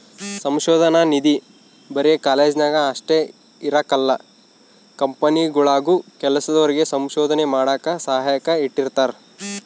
ಸಂಶೋಧನಾ ನಿಧಿ ಬರೆ ಕಾಲೇಜ್ನಾಗ ಅಷ್ಟೇ ಇರಕಲ್ಲ ಕಂಪನಿಗುಳಾಗೂ ಕೆಲ್ಸದೋರಿಗೆ ಸಂಶೋಧನೆ ಮಾಡಾಕ ಸಹಾಯಕ್ಕ ಇಟ್ಟಿರ್ತಾರ